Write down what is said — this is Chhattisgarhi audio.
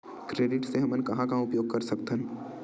क्रेडिट के हमन कहां कहा उपयोग कर सकत हन?